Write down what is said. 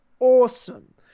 awesome